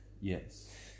Yes